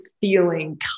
feeling